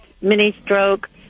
mini-stroke